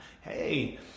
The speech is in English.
Hey